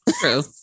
True